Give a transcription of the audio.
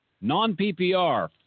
Non-PPR